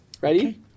Ready